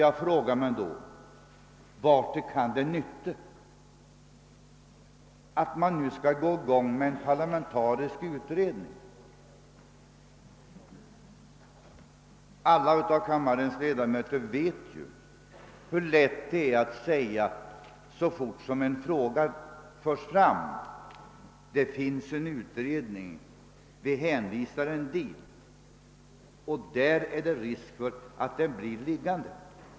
Jag frågar mig då: Vartill kan det nytta att nu sätta i gång en parlamentarisk utredning? Alla kammarens ledamöter vet hur lätt det är att säga, så fort en fråga förs fram, att en utredning pågår och hänvisa frågan dit. Men där är det risk för att den blir liggande.